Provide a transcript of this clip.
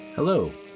Hello